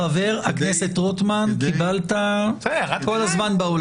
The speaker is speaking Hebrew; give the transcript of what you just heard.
חבר הכנסת רוטמן, קיבלת את כל הזמן בעולם.